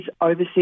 overseas